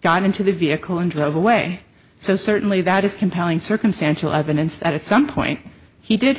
got into the vehicle and drove away so certainly that is compelling circumstantial evidence that at some point he did